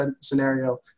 scenario